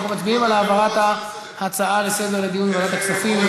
אנחנו מצביעים על העברת ההצעות לסדר-היום לדיון בוועדת הכספים.